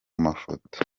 mafoto